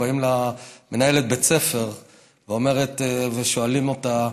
באים למנהלת בית הספר ושואלים אותה: